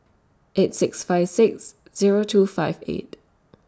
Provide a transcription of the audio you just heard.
eight six five six Zero two five eight